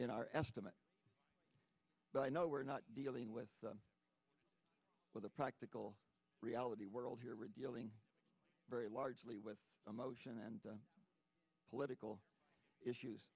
in our estimate but i know we're not dealing with the practical reality world here we're dealing very largely with emotion and political issues